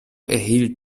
erhielt